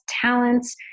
talents